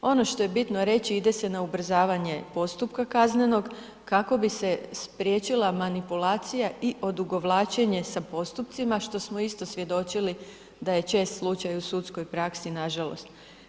Ono što je bitno reći, ide se na ubrzavanje postupka kaznenog kako bi se spriječila manipulacija i odugovlačenje sa postupcima što smo isto svjedočili da je čest slučaj u sudskoj praksi nažalost.